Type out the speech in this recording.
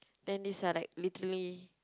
then these are like literally